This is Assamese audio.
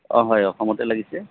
অ হয় অসমতে লাগিছে